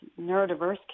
neurodiverse